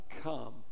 come